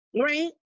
Right